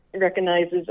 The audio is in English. recognizes